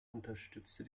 unterstützte